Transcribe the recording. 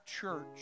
church